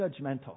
judgmental